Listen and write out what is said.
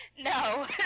No